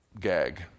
gag